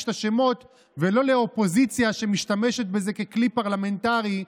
את השמות ולא לאופוזיציה שמשתמשת בזה ככלי פרלמנטרי,